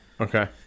Okay